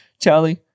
Charlie